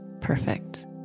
perfect